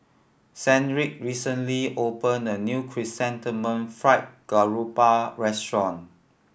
Sedrick recently opened a new Chrysanthemum Fried Garoupa restaurant